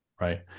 Right